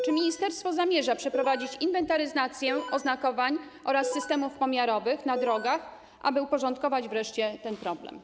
Czy ministerstwo zamierza przeprowadzić inwentaryzację oznakowań oraz systemów pomiarowych na drogach, aby uporządkować wreszcie ten problem?